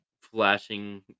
flashing